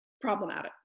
problematic